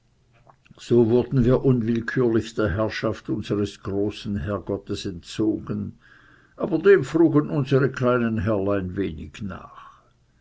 so wurden wir unwillkürlich der herrschaft unseres großen herrgottes entzogen aber dem frugen unsere kleinen herrlein wenig nach